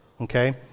Okay